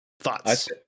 Thoughts